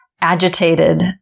agitated